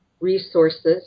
Resources